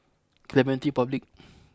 Clementi Public